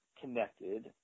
connected